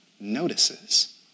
notices